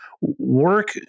work